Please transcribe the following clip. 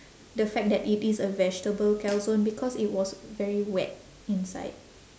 the fact that it is a vegetable calzone because it was very wet inside